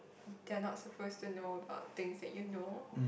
they're not supposed to know about things that you know